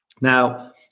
Now